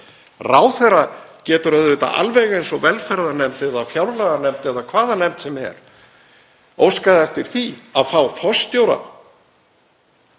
Ráðherra getur auðvitað alveg eins og velferðarnefnd eða fjárlaganefnd, eða hvaða nefnd sem er, óskað eftir því að fá forstjóra